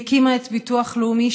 היא הקימה את הביטוח הלאומי,